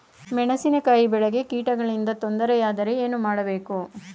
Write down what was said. ಮೆಣಸಿನಕಾಯಿ ಬೆಳೆಗೆ ಕೀಟಗಳಿಂದ ತೊಂದರೆ ಯಾದರೆ ಏನು ಮಾಡಬೇಕು?